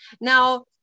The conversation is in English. Now